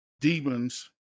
demons